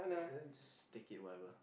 let's take it whatever